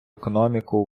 економіку